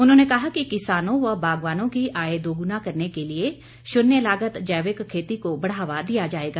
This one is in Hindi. उन्होंने कहा कि किसानों व बागवानों की आय दोगुना करने के लिए शून्य लागत जैविक खेती को बढ़ावा दिया जाएगा